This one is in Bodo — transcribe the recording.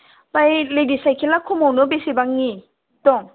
ओमफ्राय लेदिस साइकेला खमावनो बेसेबांनि दं